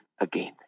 again